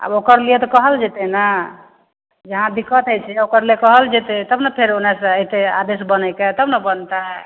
आब ओकर लिए तऽ कहल जएतै ने जहाँ दिक्कत होइ छै ओकर लिए कहल जएतै तब ने फेर ओन्नेसे अएतै आदेश बनैके तब ने बनतै